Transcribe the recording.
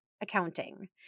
accounting